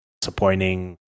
disappointing